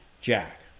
Jack